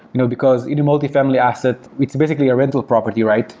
you know because in a multifamily asset, it's basically a rental property, right?